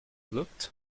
looked